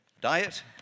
diet